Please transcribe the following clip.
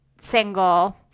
single